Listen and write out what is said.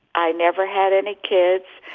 i never had any kids.